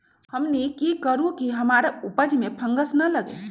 हमनी की करू की हमार उपज में फंगस ना लगे?